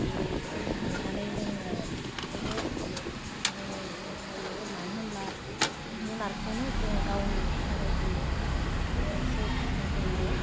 बेखौ साननानै जोङो जोबोद दुखु सहायनाय जायो मानो होमब्ला जुनारखौनो जों गाावनि फिसाबायदि अननानैसो फिनाय जायो